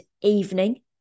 evening